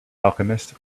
alchemist